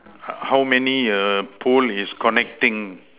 uh how many err pole is connecting